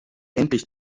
endlich